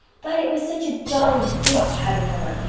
but it was such a jolly big caterpillar.